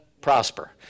prosper